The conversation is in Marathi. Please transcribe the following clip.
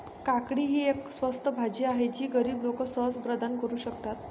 काकडी ही एक स्वस्त भाजी आहे जी गरीब लोक सहज प्रदान करू शकतात